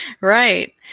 Right